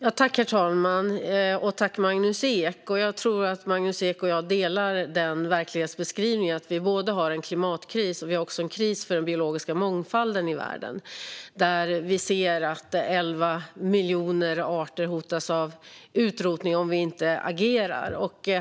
Herr talman! Jag tror att Magnus Ek och jag delar verklighetsbeskrivningen att vi har både en klimatkris och en kris för den biologiska mångfalden i världen, där vi ser att 11 miljoner arter hotas av utrotning om vi inte agerar.